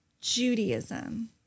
Judaism